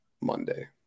Monday